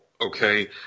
okay